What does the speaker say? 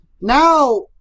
Now